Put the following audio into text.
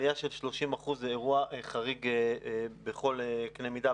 עלייה של 30% היא אירוע חריג בכל קנה-מידה,